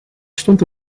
stond